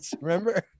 Remember